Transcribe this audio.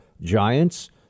giants